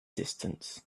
distance